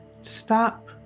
Stop